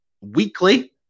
weekly